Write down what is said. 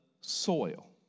soil